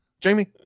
Jamie